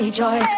joy